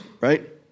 right